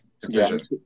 decision